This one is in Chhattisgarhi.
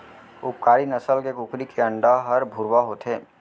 उपकारी नसल के कुकरी के अंडा हर भुरवा होथे